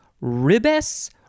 ribes